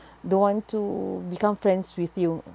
don't want to become friends with you